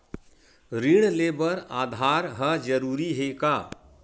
ऋण ले बर आधार ह जरूरी हे का?